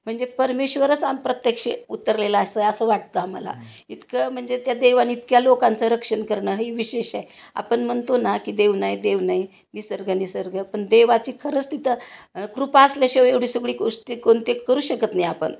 म्हणजे परमेश्वरच आम प्रत्यक्ष उतरलेलं असं असं वाटतं आम्हाला इतकं म्हणजे त्या देवानी इतक्या लोकांचं रक्षण करणं हे विशेष आहे आपण म्हणतो ना की देव नाही देव नाही निसर्ग निसर्ग पण देवाची खरंच तिथं कृपा असल्याशिवाय एवढी सगळी गोष्टी कोणते करू शकत नाही आपण